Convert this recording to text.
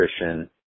nutrition